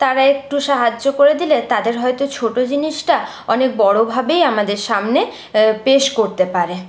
তারা একটু সাহায্য করে দিলে তাদের হয়তো ছোট জিনিসটা অনেক বড়ভাবেই আমাদের সামনে পেশ করতে পারে